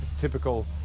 typical